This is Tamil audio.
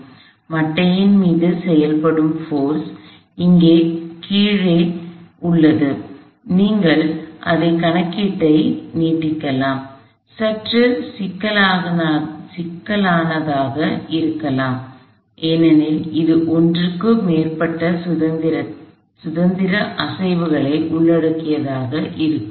எனவே மட்டையின் மீது செயல்படும் சக்தி இங்கே மேலும் கீழே உள்ளது நீங்கள் அதே கணக்கீட்டை நீட்டிக்கலாம் அது சற்று சிக்கலானதாக இருக்கலாம் ஏனெனில் இது ஒன்றுக்கு மேற்பட்ட சுதந்திரத்தை அசைவுகளை உள்ளடக்கியதாக இருக்கும்